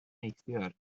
neithiwr